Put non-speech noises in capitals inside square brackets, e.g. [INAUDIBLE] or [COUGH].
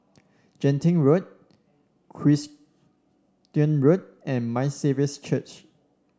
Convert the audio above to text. Genting Road [UNINTELLIGIBLE] Road and My Saviour's Church